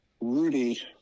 Rudy